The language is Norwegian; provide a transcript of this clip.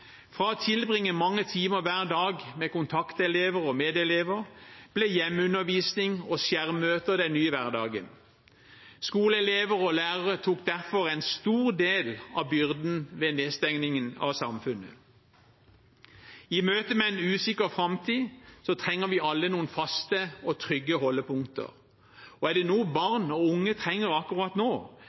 Fra å tilbringe mange timer hver dag med kontaktelever og medelever ble hjemmeundervisning og skjermmøter den nye hverdagen. Skoleelever og lærere tok derfor en stor del av byrden ved nedstengingen av samfunnet. I møtet med en usikker framtid trenger vi alle noen faste og trygge holdepunkter, og er det noe barn og unge trenger akkurat nå,